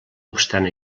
obstant